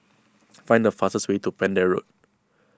find the fastest way to Pender Road